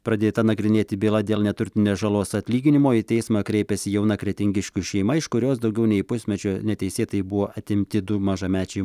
pradėta nagrinėti byla dėl neturtinės žalos atlyginimo į teismą kreipėsi jauna kretingiškių šeima iš kurios daugiau nei pusmečiui neteisėtai buvo atimti du mažamečiai